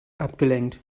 abgelenkt